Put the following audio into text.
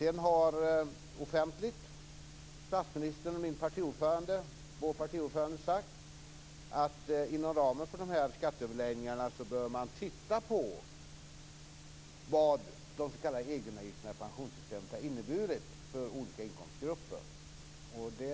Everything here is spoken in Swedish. Sedan har statsministern, vår partiordförande, offentligt sagt att man inom ramen för dessa skatteöverläggningar bör titta på vad de s.k. egenavgifterna i pensionssystemet har inneburit för olika inkomstgrupper.